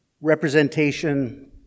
Representation